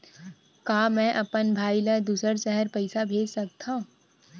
का मैं अपन भाई ल दुसर शहर पईसा भेज सकथव?